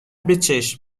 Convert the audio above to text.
بچش